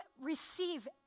receive